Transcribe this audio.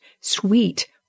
sweet